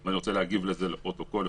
ואני רוצה להגיב לזה, לפחות לפרוטוקול.